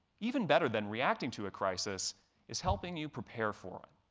even better than reacting to a crisis is helping you prepare for one.